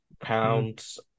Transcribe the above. pounds